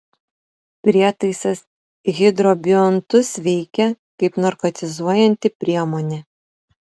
prietaisas hidrobiontus veikia kaip narkotizuojanti priemonė